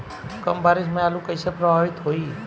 कम बारिस से आलू कइसे प्रभावित होयी?